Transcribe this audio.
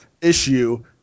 issue